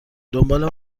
دنبال